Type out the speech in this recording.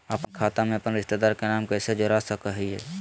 अपन खाता में अपन रिश्तेदार के नाम कैसे जोड़ा सकिए हई?